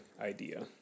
idea